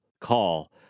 call